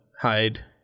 hide